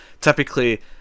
typically